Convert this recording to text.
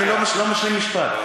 אני לא משלים משפט.